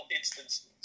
instances